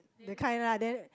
that kind lah then